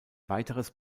weiteres